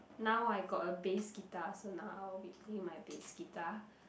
now I got a bass guitar so now I'll be playing my bass guitar